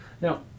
Now